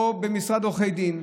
או במשרד עורכי דין,